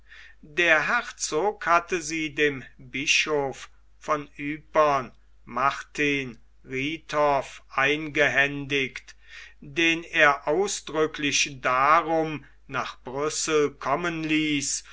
der herzog hatte sie dem bischof von ypern martin rithov eingehändigt den er ausdrücklich darum nach brüssel kommen ließ